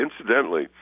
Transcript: Incidentally